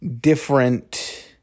different